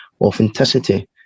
authenticity